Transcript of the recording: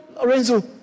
Lorenzo